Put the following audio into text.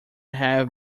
have